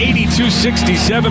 82-67